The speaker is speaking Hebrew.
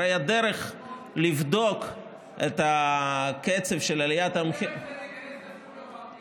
הרי הדרך לבדוק את קצב עליית המחירים אני מציע שתיכנס לסופרמרקט,